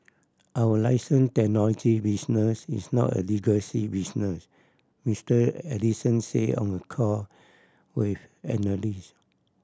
our license technology business is not a legacy business Mister Ellison said on a call with analyst